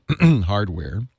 Hardware